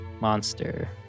Monster